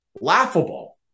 laughable